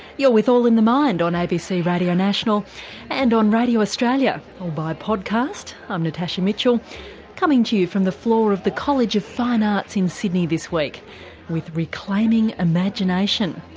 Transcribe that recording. you're with all in the mind on abc radio national and on radio australia or by podcast, i'm um natasha mitchell coming to you from the floor of the college of fine arts in sydney this week with reclaiming imagination.